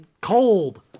cold